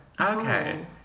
okay